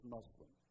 Muslim